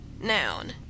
Noun